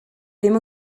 ddim